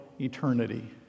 eternity